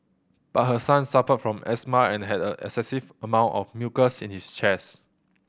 but her son suffered from asthma and had an excessive amount of mucus in his chest